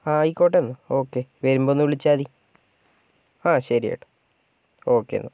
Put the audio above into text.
ആയിക്കോട്ടെ എന്നാൽ ഓക്കേ വരുമ്പോൾ ഒന്ന് വിളിച്ചാൽ മതി ആ ശരി ഏട്ടാ ഓക്കേ എന്നാൽ